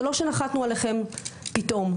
זה שלא נחתנו עליכם פתאום.